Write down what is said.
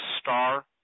star